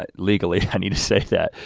ah legally i need to say that,